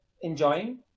enjoying